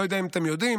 לא יודע אם אתם יודעים,